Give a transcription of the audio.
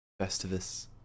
Festivus